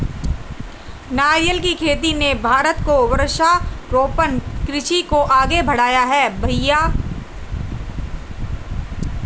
नारियल की खेती ने भारत को वृक्षारोपण कृषि को आगे बढ़ाया है भईया